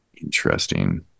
Interesting